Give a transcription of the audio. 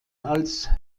als